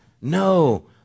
No